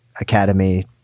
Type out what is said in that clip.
Academy